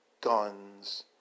guns